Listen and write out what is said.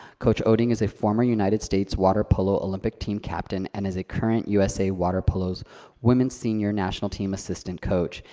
coach oeding is a former united states water polo olympic team captain, and is a current usa water polo women's senior national team assistant coach.